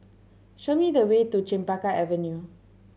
show me the way to Chempaka Avenue